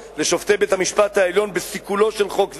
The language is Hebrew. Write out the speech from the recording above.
לשופטי בית-המשפט העליון בסיכולו של חוק זה,